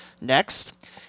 next